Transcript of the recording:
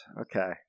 Okay